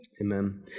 Amen